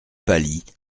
pâlit